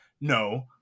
No